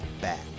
back